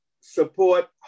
support